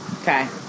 Okay